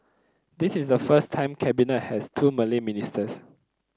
this is the first time Cabinet has two Malay ministers